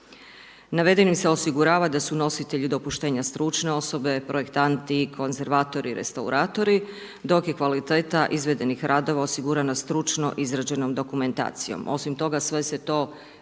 Navedeno se osigurava da su nositelji dopuštenja stručne osobe, projektanti, konzervatori, restauratori, dok je kvaliteta izvedenih radova osigurana stručno izrađenom dokumentacijom. Osim toga sve se to obavlja